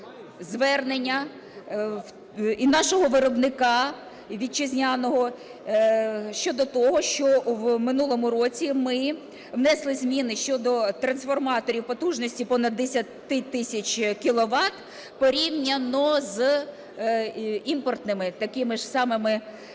звернення і нашого виробника вітчизняного щодо того, що в минулому році ми внесли зміни щодо трансформаторів потужності понад 10 тисяч кіловат порівняно з імпортними, такими ж самими